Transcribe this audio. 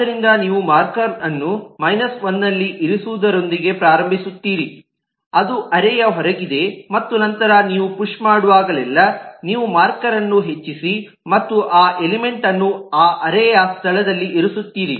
ಆದ್ದರಿಂದ ನೀವು ಮಾರ್ಕರ್ಅನ್ನು ಮೈನಸ್ 1 ನಲ್ಲಿ ಇರಿಸುವುದರೊಂದಿಗೆ ಪ್ರಾರಂಭಿಸುತ್ತೀರಿ ಅದು ಅರೇಯ ಹೊರಗಿದೆ ಮತ್ತು ನಂತರ ನೀವು ಪುಶ್ ಮಾಡುವಾಗಲೆಲ್ಲಾ ನೀವು ಮಾರ್ಕರ್ಅನ್ನು ಹೆಚ್ಚಿಸಿ ಮತ್ತು ಆ ಎಲಿಮೆಂಟ್ ಅನ್ನು ಆ ಅರೇಯ ಸ್ಥಳದಲ್ಲಿ ಇರಿಸುತ್ತಿರಿ